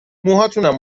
موهاتونم